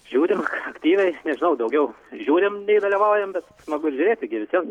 žiūrim aktyviai daug daugiau žiūrim nei dalyvaujam bet smagu žiūrėti gi vis vien